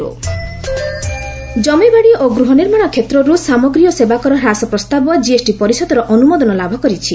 GST meeting ଜମିବାଡ଼ି ଓ ଗୃହ ନିର୍ମାଣ କ୍ଷେତ୍ରରୁ ସାମଗ୍ରୀ ଓ ସେବାକର ହ୍ରାସ ପ୍ରସ୍ତାବ ଜିଏସ୍ଟି ପରିଷଦର ଅନୁମୋଦନ ଲାଭ କରିଛି